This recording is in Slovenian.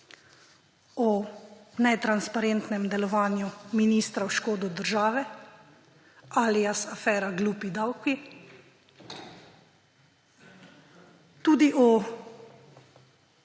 o netransparentnem delovanju ministra v škodo države, alias afera glupi davki, tudi o